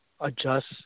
adjust